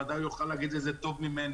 הוא ודאי יוכל להגיד את זה טוב ממני.